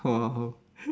!wow!